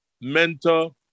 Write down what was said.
mentor